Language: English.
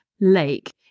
lake